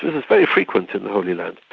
this is very frequent in the holy land.